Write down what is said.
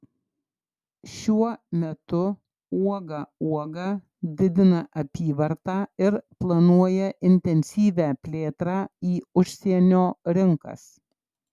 šiuo metu uoga uoga didina apyvartą ir planuoja intensyvią plėtrą į užsienio rinkas